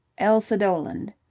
elsa doland.